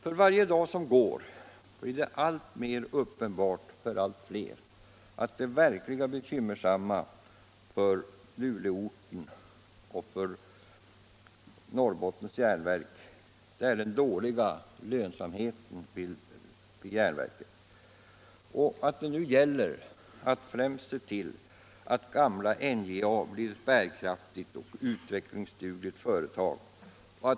För varje dag som går blir det alltmer uppenbart för allt fler att det verkligt bekymmersamma för Luleåorten och för Norrbottens Järnverk är den dåhga lönsamheten vid järnverket och att det nu främst gäller att se till att gamla NJA blir ett bärkraftigt och utvecklingsdugligt företag.